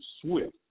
swift